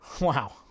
wow